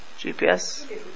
GPS